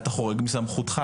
אתה חורג מסמכותך,